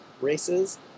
races